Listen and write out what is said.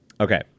okay